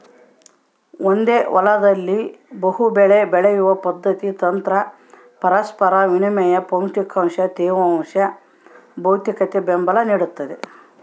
ಒಂದೇ ಹೊಲದಲ್ಲಿ ಬಹುಬೆಳೆ ಬೆಳೆಯುವ ಪದ್ಧತಿ ತಂತ್ರ ಪರಸ್ಪರ ವಿನಿಮಯ ಪೋಷಕಾಂಶ ತೇವಾಂಶ ಭೌತಿಕಬೆಂಬಲ ನಿಡ್ತದ